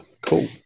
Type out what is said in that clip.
cool